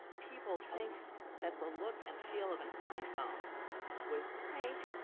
people think that the look and feel of an iphone was great.